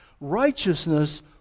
Righteousness